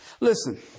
Listen